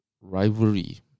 rivalry